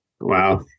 Wow